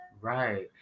Right